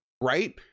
Right